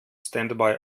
standby